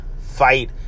fight